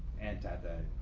and that the